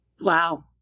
Wow